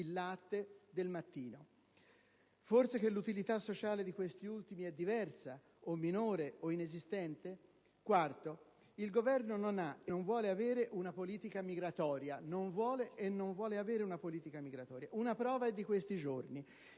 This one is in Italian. latte del mattino. Forse che l'utilità sociale di questi ultimi è diversa, minore o inesistente? Quarto. Il Governo non ha - e non vuole avere - una politica migratoria. Una prova è di questi giorni: